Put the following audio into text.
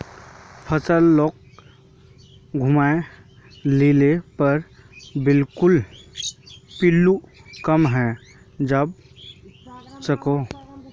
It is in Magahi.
फसल लाक घूमाय लिले पर पिल्लू कम हैं जबा सखछेक